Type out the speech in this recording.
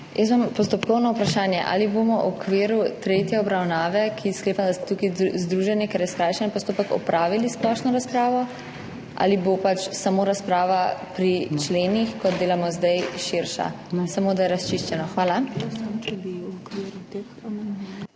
postopkovno vprašanje. Ali bomo v okviru tretje obravnave, za katero sklepam, da sta tukaj združeni, ker je skrajšani postopek, opravili splošno razpravo ali bo pač samo širša razprava pri členih, kot delamo zdaj? Samo da je razčiščeno. Hvala.